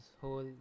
whole